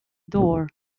door